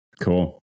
Cool